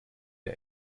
der